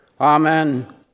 Amen